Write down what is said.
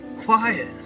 quiet